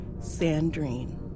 Sandrine